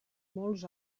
molts